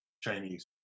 Chinese